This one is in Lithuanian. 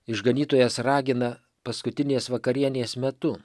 išganytojas ragina paskutinės vakarienės metu